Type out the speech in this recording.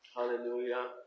Hallelujah